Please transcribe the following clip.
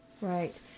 Right